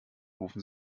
rufen